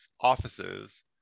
offices